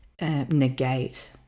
negate